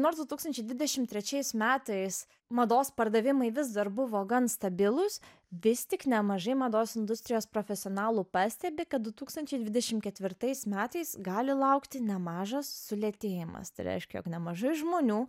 nors du tūkstančiai dvidešim trečiais metais mados pardavimai vis dar buvo gan stabilūs vis tik nemažai mados industrijos profesionalų pastebi kad du tūkstančiai dvidešim ketvirtais metais gali laukti nemažas sulėtėjimas tai reiškia jog nemažai žmonių